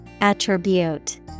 Attribute